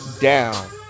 down